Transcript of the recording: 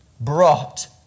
brought